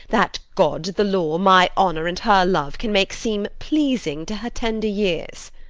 that god, the law, my honour, and her love can make seem pleasing to her tender years?